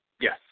Yes